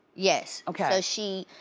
yes. okay. so, she,